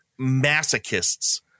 masochists